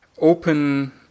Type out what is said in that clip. open